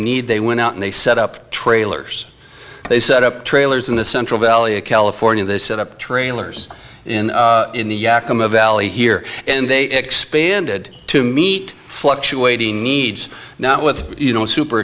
need they went out and they set up trailers they set up trailers in the central valley of california they set up trailers in the yakima valley here and they expanded to meet fluctuating needs not with you know super